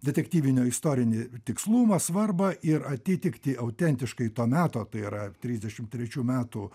detektyvinio istorinį tikslumą svarbą ir atitiktį autentiškai to meto tai yra trisdešimt trečių metų